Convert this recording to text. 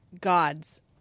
God's